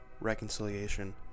reconciliation